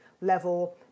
level